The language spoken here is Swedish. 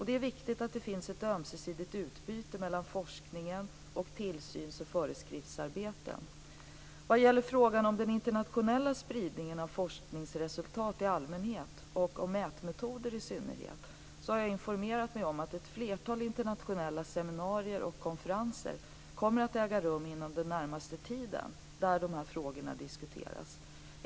Det är viktigt att det finns ett ömsesidigt utbyte mellan forskningen och tillsyns och föreskriftsarbetet. Vad gäller frågan om den internationella spridningen av forskningsresultat i allmänhet och om mätmetoder i synnerhet har jag informerat mig om att ett flertal internationella seminarier och konferenser kommer att äga rum inom den närmaste tiden där sådana frågor skall diskuteras.